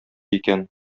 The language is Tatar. икән